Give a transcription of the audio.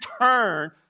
turn